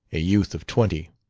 a youth of twenty.